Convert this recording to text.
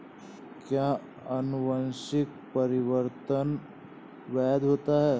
क्या अनुवंशिक परिवर्तन वैध होता है?